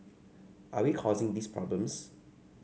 are we causing these problems